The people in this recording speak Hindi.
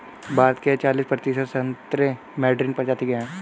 भारत के चालिस प्रतिशत संतरे मैडरीन प्रजाति के हैं